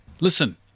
Listen